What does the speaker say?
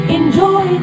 enjoy